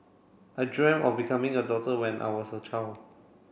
I dreamt of becoming a doctor when I was a child